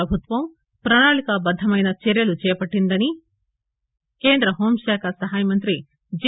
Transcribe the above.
ప్రభుత్వం ప్రణాళికా బద్దమైన చర్సలు చేపట్టిందని కేంద్ర హోం శాఖ సహాయ మంత్రి జి